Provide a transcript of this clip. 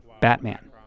Batman